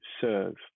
serve